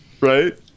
right